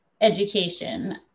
education